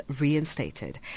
reinstated